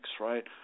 right